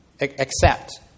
accept